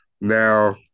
now